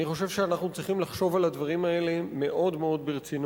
אני חושב שאנחנו צריכים לחשוב על הדברים האלה מאוד ברצינות.